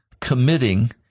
committing